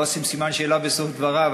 לא אשים סימן שאלה בסוף דברי,